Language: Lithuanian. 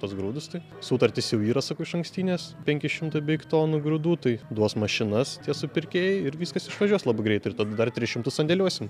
tuos grūdus tai sutartys jau yra sakau išankstinės penki šimtai beveik tonų grūdų tai duos mašinas supirkėjai ir viskas išvažiuos labai greitai ir tada dar tris šimtus sandėliuosim